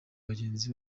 bagenzi